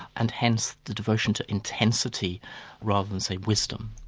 and hence the devotion to intensity rather than say, wisdom.